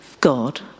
God